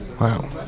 Wow